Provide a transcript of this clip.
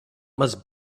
must